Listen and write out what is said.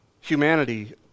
Humanity